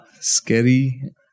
scary